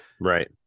Right